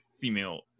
female